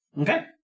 Okay